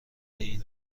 این